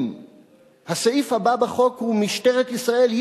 אם הסעיף הבא בחוק שהצעתי הוא "משטרת ישראל היא